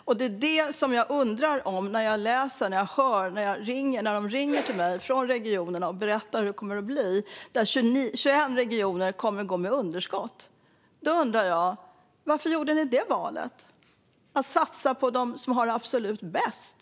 Och det är det jag undrar när jag läser detta och det jag hör när regionerna ringer till mig och berättar hur det kommer att bli. 21 regioner kommer att gå med underskott. Då undrar jag varför Sverigedemokraterna gjorde valet att satsa på dem som har det absolut bäst.